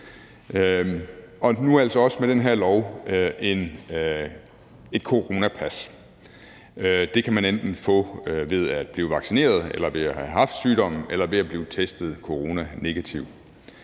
og nu altså også med den her lov et coronapas. Det kan man enten få ved at blive vaccineret, ved at have haft sygdommen eller ved at blive testet coronanegativ.